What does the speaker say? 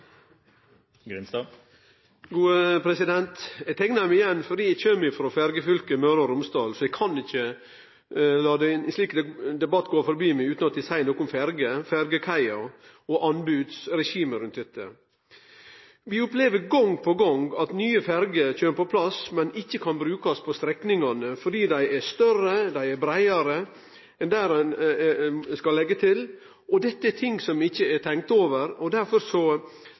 igjen fordi eg kjem frå ferjefylket Møre og Romsdal, så eg kan ikkje la ein slik debatt gå forbi meg utan at eg seier noko om ferjer, ferjekaier, og anbodsregimet rundt dette. Vi opplever gong på gong at nye ferjer kjem på plass, men at dei ikkje kan brukast på strekningane fordi dei er større og breiare enn kaia der dei skal leggje til. Dette er ting som det ikkje er tenkt over. Derfor